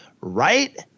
right